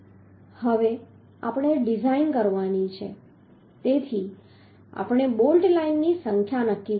હવે આપણે ડિઝાઇન કરવાની છે તેથી આપણે બોલ્ટ લાઇનની સંખ્યા નક્કી કરવાની છે